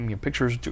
pictures